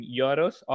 euros